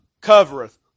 covereth